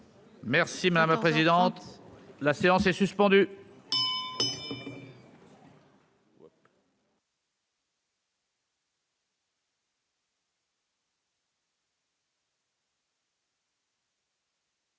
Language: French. Merci madame la présidente, la séance est suspendue.